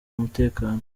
umutekano